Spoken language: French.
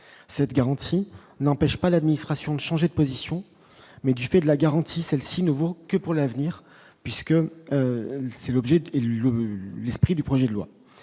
cette garantie n'empêche pas l'administration, changer de position, mais du fait de la garantie, celle-ci ne vaut que pour l'avenir puisque c'est l'objet de élus